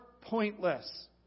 pointless